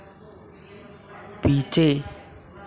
पीछे